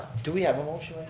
do we have a motion